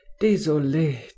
désolé